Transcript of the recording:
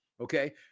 Okay